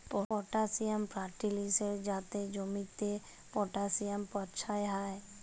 potassium ফার্টিলিসের যাতে জমিতে পটাসিয়াম পচ্ছয় হ্যয়